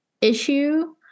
issue